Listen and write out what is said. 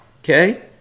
Okay